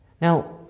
Now